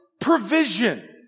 provision